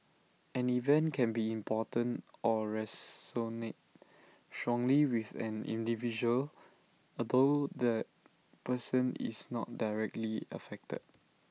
an event can be important or resonate strongly with an individual although that person is not directly affected